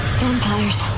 vampires